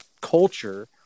culture